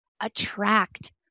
attract